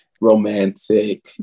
romantic